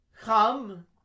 come